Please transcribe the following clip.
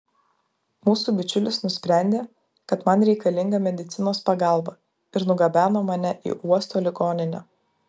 mūsų bičiulis nusprendė kad man reikalinga medicinos pagalba ir nugabeno mane į uosto ligoninę